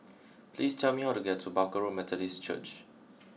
please tell me how to get to Barker Road Methodist Church